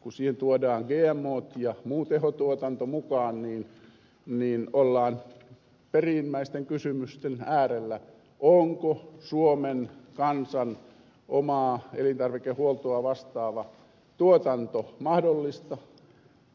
kun siihen tuodaan gmot ja muu tehotuotanto mukaan niin ollaan perimmäisten kysymysten äärellä onko suomen kansan omaa elintarvikehuoltoa vastaava tuotanto mahdollista